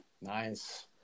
Nice